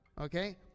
okay